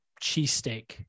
cheesesteak